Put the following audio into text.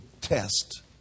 test